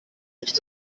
nicht